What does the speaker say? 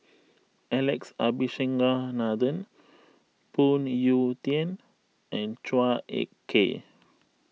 Alex Abisheganaden Phoon Yew Tien and Chua Ek Kay